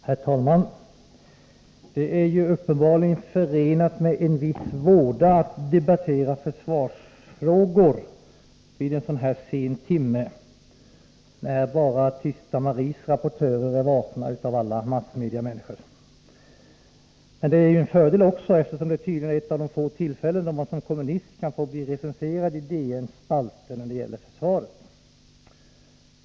Herr talman! Det är uppenbarligen förenat med en viss våda att debattera försvarsfrågor vid en sådan här sen timme, när bara Tysta Maries rapportörer är vakna av alla massmediemänniskor. Det är också en fördel, eftersom det tydligen är ett av de få tillfällen när man såsom kommunist kan bli recenserad i DN:s spalter när det gäller försvaret.